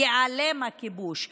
ייעלם הכיבוש,